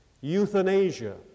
euthanasia